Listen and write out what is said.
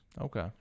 Okay